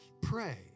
pray